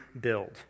build